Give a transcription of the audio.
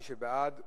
מי שבעד,